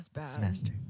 semester